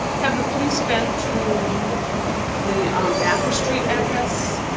have the police been to the mather street address?